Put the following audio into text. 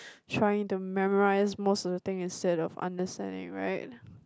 trying to memorize most of the thing instead of understanding right